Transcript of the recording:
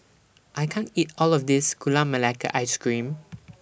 I can't eat All of This Gula Melaka Ice Cream